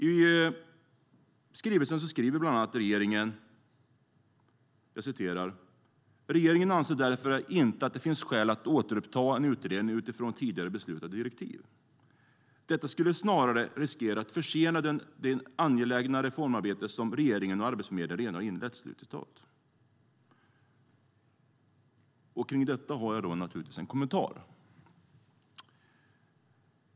I skrivelsen skriver regeringen bland annat: "Regeringen anser därför inte att det finns skäl att återuppta en utredning utifrån tidigare beslutade direktiv. Detta skulle snarare riskera att försena det angelägna reformarbete som regeringen och Arbetsförmedlingen redan har inlett." Till detta har jag naturligtvis en kommentar.